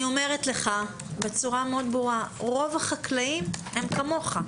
אני אומרת לך בצורה מאוד ברורה שרוב החקלאים הם כמוך.